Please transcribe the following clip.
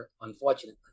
unfortunately